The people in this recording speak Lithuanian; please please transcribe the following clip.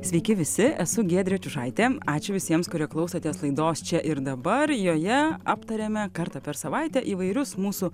sveiki visi esu giedrė čiužaitė ačiū visiems kurie klausotės laidos čia ir dabar joje aptariame kartą per savaitę įvairius mūsų